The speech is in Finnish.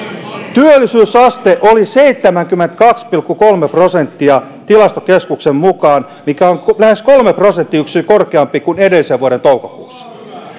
työllisyysaste oli seitsemänkymmentäkaksi pilkku kolme prosenttia tilastokeskuksen mukaan mikä on lähes kolme prosenttiyksikköä korkeampi kuin edellisen vuoden toukokuussa